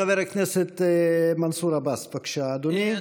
חבר הכנסת מנסור עבאס, בבקשה, אדוני.